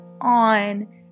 on